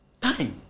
Time